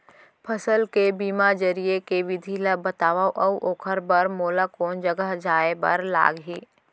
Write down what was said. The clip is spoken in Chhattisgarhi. फसल के बीमा जरिए के विधि ला बतावव अऊ ओखर बर मोला कोन जगह जाए बर लागही?